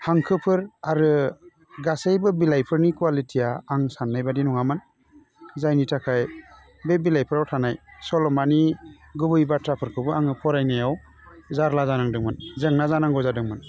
हांखोफोर आरो गासैबो बिलाइफोरनि कवालिटिआ आं साननाय बायदि नङामोन जायनि थाखाय बे बिलाइफोराव थानाय सल'मानि गुबै बाथ्राफोरखौबो आङो फरायनायाव जारला जानांदोंमोन जेंना जानांगौ जादोंमोन